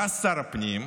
בא שר הפנים,